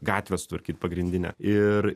gatvę sutvarkyt pagrindinę ir